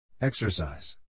Exercise